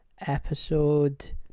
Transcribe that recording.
episode